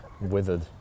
withered